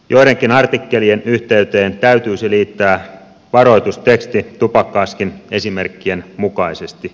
joidenkin artikkelien yhteyteen täytyisi liittää varoitusteksti tupakka askin esimerkkien mukaisesti